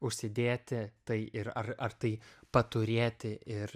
užsidėti tai ir ar ar tai paturėti ir